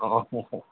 অঁ হয়